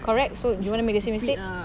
correct so do you want to make the same mistake